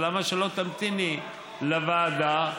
למה שלא תמתיני לוועדה?